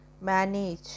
manage